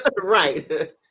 Right